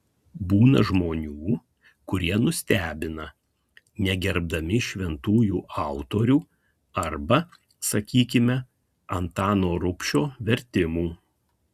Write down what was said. būna žmonių kurie nustebina negerbdami šventųjų autorių arba sakykime antano rubšio vertimų